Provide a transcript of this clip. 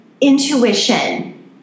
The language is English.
intuition